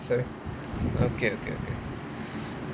okay okay okay